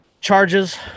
charges